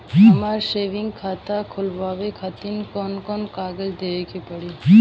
हमार सेविंग खाता खोलवावे खातिर कौन कौन कागज देवे के पड़ी?